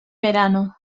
verano